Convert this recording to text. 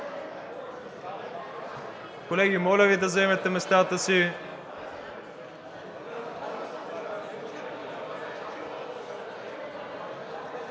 Колеги, моля да заемете местата си,